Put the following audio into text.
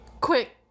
quick